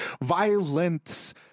Violence